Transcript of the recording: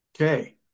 Okay